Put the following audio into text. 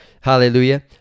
hallelujah